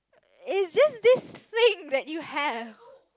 it's just this thing that you have